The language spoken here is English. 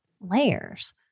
layers